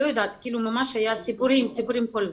ממש היו סיפורים כל הזמן,